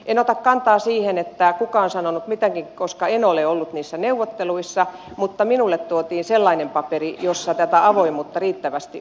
en ota kantaa siihen kuka on sanonut mitäkin koska en ole ollut niissä neuvotteluissa mutta minulle tuotiin sellainen paperi jossa tätä avoimuutta riittävästi ei ollut